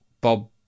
Bob